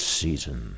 season